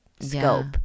scope